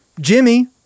Jimmy